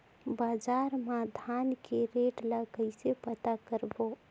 बजार मा धान के रेट ला कइसे पता करबो?